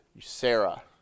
Sarah